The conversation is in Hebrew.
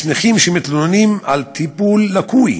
יש נכים שמתלוננים על טיפול לקוי